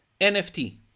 NFT